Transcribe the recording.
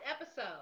episode